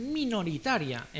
minoritaria